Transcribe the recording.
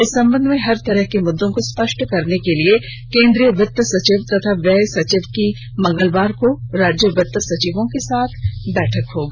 इस संबंध में हर तरह के मुद्दों को स्पष्ट करने के लिए केंद्रीय वित्त सचिव तथा व्यय सचिव की मंगलवार को राज्य वित्त सचिवों के साथ बैठक होगी